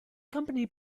company